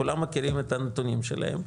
כולם מכירים את הנתונים שלהן,